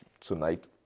tonight